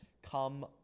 come